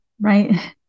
right